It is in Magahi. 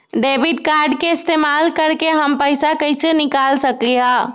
डेबिट कार्ड के इस्तेमाल करके हम पैईसा कईसे निकाल सकलि ह?